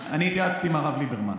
אני התייעצתי עם הרב ליברמן.